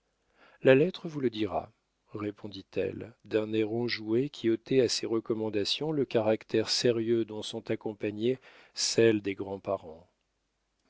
la lettre vous le dira répondit-elle d'un air enjoué qui ôtait à ses recommandations le caractère sérieux dont sont accompagnées celles des grands-parents